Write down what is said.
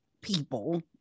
people